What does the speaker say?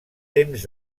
temps